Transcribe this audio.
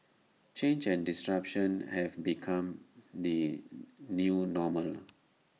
change and disruption have become the new normal